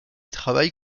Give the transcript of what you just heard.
travaille